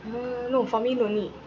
uh no for me no need